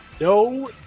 No